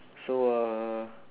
so uh